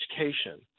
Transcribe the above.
education